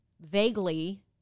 vaguely